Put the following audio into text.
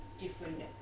different